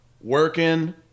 working